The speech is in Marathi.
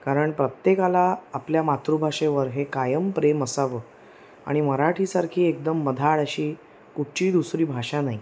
कारण प्रत्येकाला आपल्या मातृभाषेवर हे कायम प्रेम असावं आणि मराठीसारखी एकदम मधाळ अशी कुठचीही दुसरी भाषा नाही